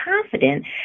confident